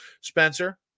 Spencer